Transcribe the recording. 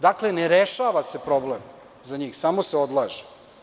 Dakle, ne rešava se problem za njih, samo se odlaže.